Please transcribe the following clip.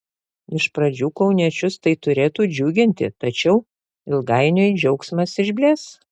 iš pradžių kauniečius tai turėtų džiuginti tačiau ilgainiui džiaugsmas išblės